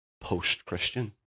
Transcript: post-Christian